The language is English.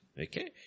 Okay